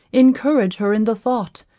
encourage her in the thought,